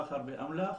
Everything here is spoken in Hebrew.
סחר באמל"ח